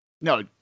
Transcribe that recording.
No